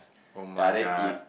oh-my-god